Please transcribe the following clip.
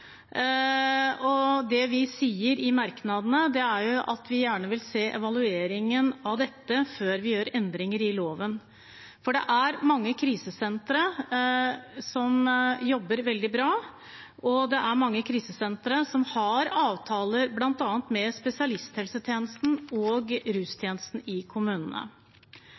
Det vi sier i merknadene, er at vi gjerne vil se evalueringen av dette før vi gjør endringer i loven. Det er mange krisesentre som jobber veldig bra, og det er mange krisesentre som har avtaler med bl.a. spesialisthelsetjenesten og rustjenesten i kommunene.